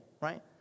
right